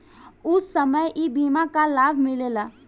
ऊ समय ई बीमा कअ लाभ मिलेला